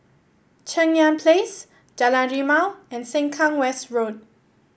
Cheng Yan Place Jalan Rimau and Sengkang West Road